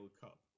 Cup